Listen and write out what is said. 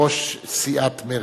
ראש סיעת מרצ,